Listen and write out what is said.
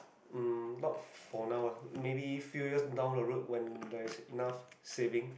um not for now lah maybe few years down the road when there is enough savings